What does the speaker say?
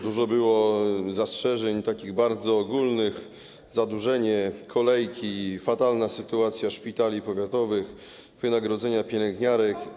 Dużo było zastrzeżeń i takich bardzo ogólnych: zadłużenie, kolejki, fatalna sytuacja szpitali powiatowych, wynagrodzenia pielęgniarek.